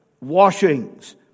washings